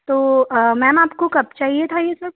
तो मैम आपको कब चाहिए था यह सब